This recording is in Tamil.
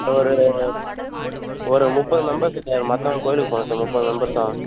சார் ஒரு ஒரு முப்பது மெம்பர்ஸ் சார் ஒரு மத்தியான்ம் கோயிலுக்கு போகணும் சார் முப்பது மெம்பர்ஸும்